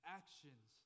actions